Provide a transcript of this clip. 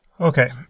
Okay